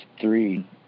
three